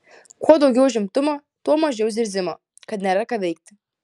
kuo daugiau užimtumo tuo mažiau zirzimo kad nėra ką veikti